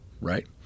right